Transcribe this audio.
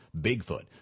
Bigfoot